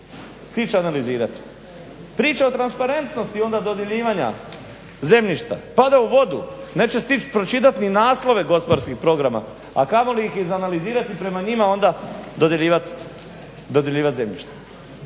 stić analizirati. Priče o transparentnosti onda dodjeljivanja zemljišta pada u vodu, neće stić pročitat ni naslove gospodarskih programa, a kamoli ih izanalizirati i prema njima onda dodjeljivat zemljište.